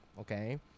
okay